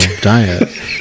diet